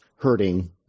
hurting